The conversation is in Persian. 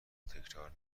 تکرار